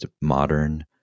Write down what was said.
modern